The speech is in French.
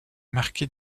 marquis